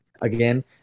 again